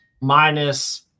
minus